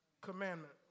commandment